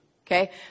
okay